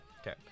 Okay